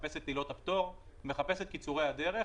מחפש את עילות הפטור ואת קיצורי הדרך,